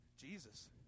Jesus